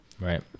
Right